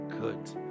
good